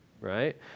right